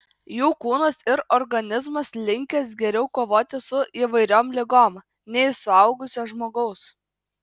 jų kūnas ir organizmas linkęs geriau kovoti su įvairiom ligom nei suaugusio žmogaus